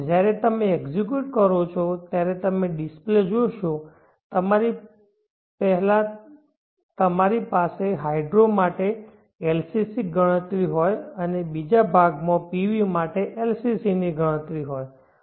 જ્યારે તમે એક્ઝેક્યુટ કરો છો ત્યારે તમે ડિસ્પ્લે જોશો પહેલા તમારી પાસે હાઇડ્રો માટે LCC ગણતરી હોય અને બીજા ભાગમાં PV માટે LCC ગણતરી હોય